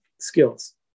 skills